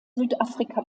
südafrika